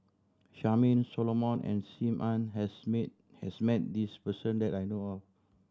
Charmaine Solomon and Sim Ann has mate has met this person that I know of